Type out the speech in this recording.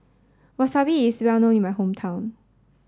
Wasabi is well known in my hometown